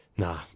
Nah